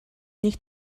нэг